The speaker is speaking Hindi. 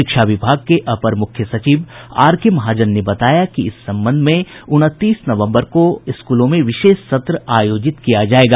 शिक्षा विभाग के अपर मुख्य सचिव आर के महाजन ने बताया कि इस संबंध में उनतीस नवम्बर को स्कूलों में विशेष सत्र आयोजित किया जायेगा